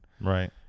right